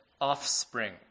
offspring